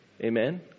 Amen